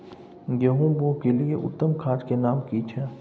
गेहूं बोअ के लिये उत्तम खाद के नाम की छै?